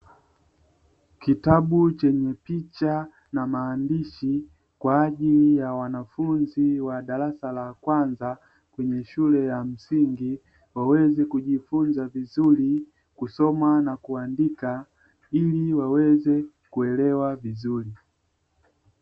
Kitabu chenye picha na maandishi kwa ajili ya wanafunzi wa darasa la kwanza kwenye shule ya msingi, waweze kujifunza vizuri kusoma na kuandika ili waweze kuelewa vizuri.